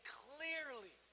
clearly